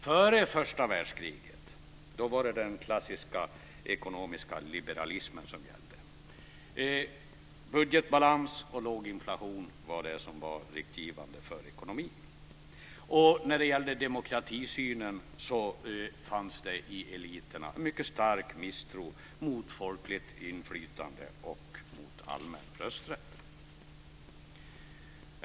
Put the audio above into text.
Före första världskriget var det den klassiska ekonomiska liberalismen som gällde. Budgetbalans och låg inflation var riktgivande för ekonomin. När det gällde demokratisynen fanns det i eliterna en stark misstro mot folkligt inflytande och mot allmän rösträtt.